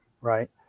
right